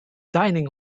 dining